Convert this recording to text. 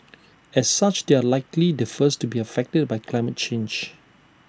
as such they are likely the first to be affected by climate change